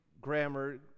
grammar